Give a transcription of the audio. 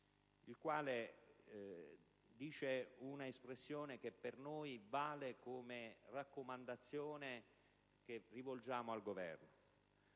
il quale usa una espressione che per noi vale come raccomandazione che rivolgiamo al Governo.